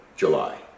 July